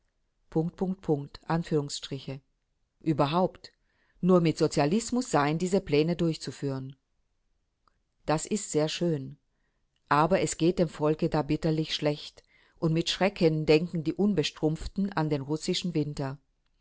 überhaupt nur mit sozialismus seien diese pläne durchzuführen das ist sehr schön aber es geht dem volke da bitterlich schlecht und mit schrecken denken die unbestrumpften an den russischen winter